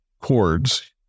chords